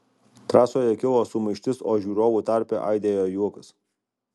trasoje kilo sumaištis o žiūrovų tarpe aidėjo juokas